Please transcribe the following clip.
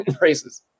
races